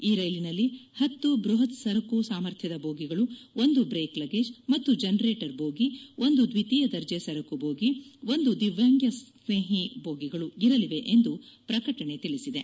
ಈ ರೈಲಿನಲ್ಲಿ ಪತ್ತು ಬೃಪತ್ ಸರಕು ಸಾಮರ್ಥ್ಯದ ಬೋಗಿಗಳು ಒಂದು ಬ್ರೇಕ್ ಲಗೇಜ್ ಮತ್ತು ಜನರೇಟರ್ ಬೋಗಿ ಒಂದು ದ್ವಿತೀಯ ದರ್ಜೆ ಸರಕು ಬೋಗಿ ಒಂದು ದಿವ್ಯಾಂಗಸ್ನೇಹಿ ಬೋಗಿಗಳು ಇರಲಿವೆ ಎಂದು ಪ್ರಕಟಣೆ ತಿಳಿಸಿದೆ